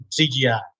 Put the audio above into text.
CGI